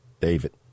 David